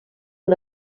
una